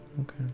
Okay